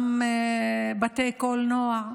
גם בתי קולנוע,